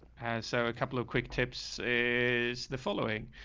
so a couple of quick tips is the following.